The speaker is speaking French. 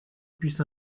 puisse